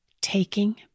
taking